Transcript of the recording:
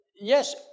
yes